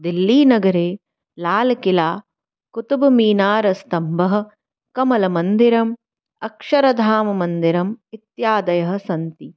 दिल्लीनगरे लालकिला कुतुबमीनारस्तम्भः कमलमन्दिरम् अक्षरधाममन्दिरम् इत्यादयः सन्ति